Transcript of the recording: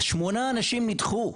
שמונה אנשים נדחו,